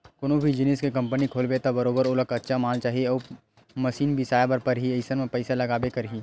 कोनो भी जिनिस के कंपनी खोलबे त बरोबर ओला कच्चा माल चाही अउ मसीन बिसाए बर परही अइसन म पइसा लागबे करही